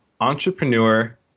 entrepreneur